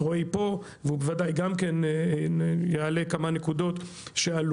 רועי פה, והוא בוודאי גם כן יעלה כמה נקודות שעלו.